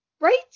right